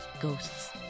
ghosts